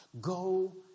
Go